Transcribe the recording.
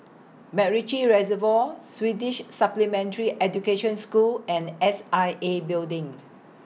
Macritchie Reservoir Swedish Supplementary Education School and S I A Building